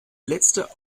letzte